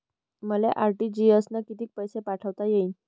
मले आर.टी.जी.एस न कितीक पैसे पाठवता येईन?